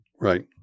Right